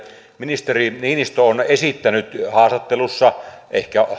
ministeri niinistö on esittänyt haastattelussa ehkä